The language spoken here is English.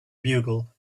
bugle